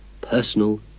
personal